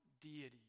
deity